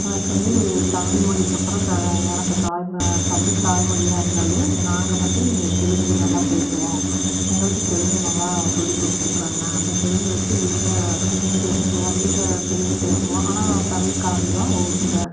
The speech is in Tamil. எனக்கு வந்து தமிழ்மொழிக்கு அப்புறம் எனக்கு தாய் ம தமிழ் தாய் மொழியாக இருந்தாலும் நாங்கள் வந்து தெலுங்கு நல்லா பேசுவோம் எங்களுக்கு தெலுங்கு நல்லா சொல்லிக் கொடுத்துருக்குறாங்க அந்த தெலுங்கு வச்சு வீட்டில பேசிக்குவோம் வீட்டில தெலுங்கு பேசுவோம் ஆனால் தமிழ் கலந்து தான் ஒரு சில